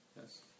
Yes